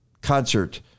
concert